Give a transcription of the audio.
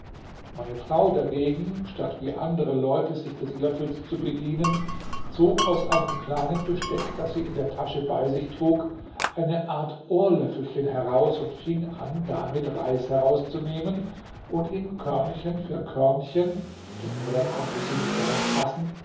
meine frau dagegen statt wie andere leute sich des löffels zu bedienen zog aus einem kleinen besteck das sie in der tasche bei sich trug eine art ohrlöffelchen heraus und fing an damit reis herauszunehmen und ihn körnchen für körnchen denn mehr konnte sie nicht darin fassen